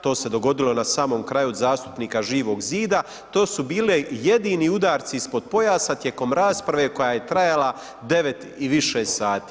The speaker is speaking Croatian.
To se dogodilo na samom kraju od zastupnika Živog zida, to su bile jedini udarci ispod pojasa tijekom rasprave koja je trajala 9 i više sati.